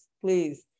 please